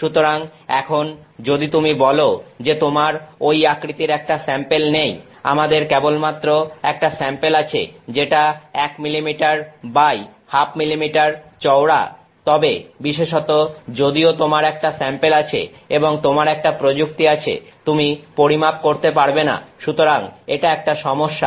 সুতরাং এখন যদি তুমি বলো যে আমার ওই আকৃতির একটা স্যাম্পেল নেই আমার কেবলমাত্র একটা স্যাম্পেল আছে যেটা 1 মিলিমিটার বাই 12 মিলিমিটার চওড়া তবে বিশেষত যদিও তোমার একটা স্যাম্পেল আছে এবং তোমার একটা প্রযুক্তি আছে তুমি পরিমাপ করতে পারবে না সুতরাং এটা একটা সমস্যা